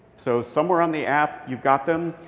so, somewhere on the app, you've got them.